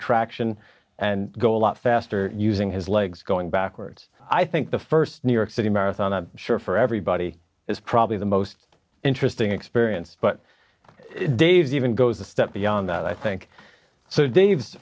traction and go a lot faster using his legs going backwards i think the first new york city marathon i'm sure for everybody is probably the most interesting experience but dave even goes a step beyond that i think so dave's